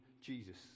Jesus